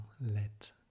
let